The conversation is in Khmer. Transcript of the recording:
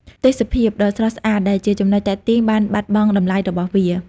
ទេសភាពដ៏ស្រស់ស្អាតដែលជាចំណុចទាក់ទាញបានបាត់បង់តម្លៃរបស់វា។